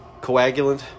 coagulant